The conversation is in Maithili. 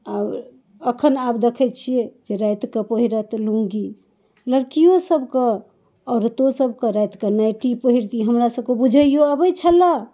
आओर अखन आब देखै छियै जे रातिकऽ पहिरथि लुङ्गी लड़कियो सबक औरतो सबके रातिकऽ नाइटी पहिरती हमरा सबके बुझैयो अबै छलऽ